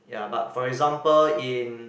ya but for example in